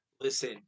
Listen